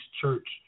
Church